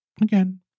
again